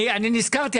אני נזכרתי,